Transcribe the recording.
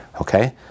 okay